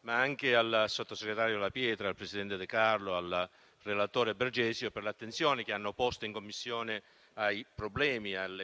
ma anche al sottosegretario La Pietra, al presidente De Carlo e al relatore Bergesio per l'attenzione che hanno posto in Commissione alle